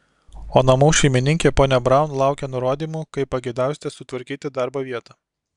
o namų šeimininkė ponia braun laukia nurodymų kaip pageidausite sutvarkyti darbo vietą